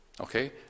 Okay